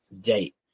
date